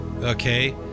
okay